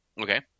Okay